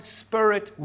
spirit